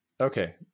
Okay